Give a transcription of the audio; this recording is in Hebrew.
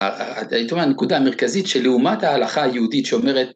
‫הייתי אומר, הנקודה המרכזית ‫שלעומת ההלכה היהודית שאומרת...